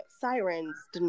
sirens